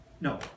No